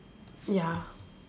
ya